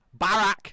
Barack